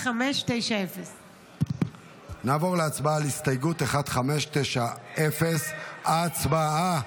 1590. נעבור להצבעה על הסתייגות 1590. הצבעה.